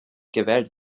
gewählt